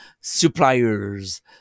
suppliers